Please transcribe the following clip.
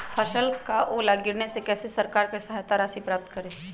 फसल का ओला गिरने से कैसे सरकार से सहायता राशि प्राप्त करें?